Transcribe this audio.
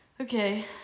Okay